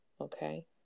Okay